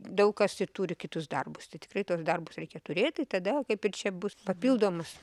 daug kas ir turi kitus darbus tai tikrai tuos darbus reikia turėt tai tada kaip ir čia bus papildomas